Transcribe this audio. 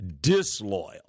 disloyal